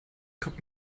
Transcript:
kommt